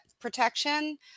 protection